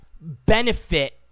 benefit